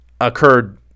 occurred